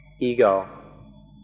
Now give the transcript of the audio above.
ego